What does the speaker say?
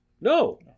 No